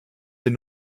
denn